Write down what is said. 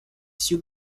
sue